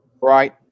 Right